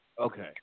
Okay